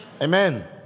Amen